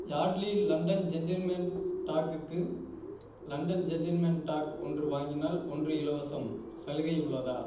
Yardley London gentleman டாக்குக்கு London gentleman talc ஒன்று வாங்கினால் ஒன்று இலவசம் சலுகை உள்ளதா